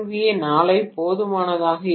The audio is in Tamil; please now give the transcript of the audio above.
ஏ நாளை போதுமானதாக இருக்கும்